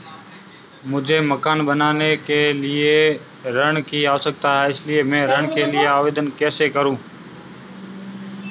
मुझे मकान बनाने के लिए ऋण की आवश्यकता है इसलिए मैं ऋण के लिए आवेदन कैसे करूं?